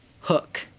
hook